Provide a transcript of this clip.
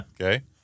Okay